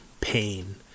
pain